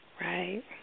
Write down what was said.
Right